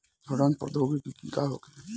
सड़न प्रधौगिकी का होखे?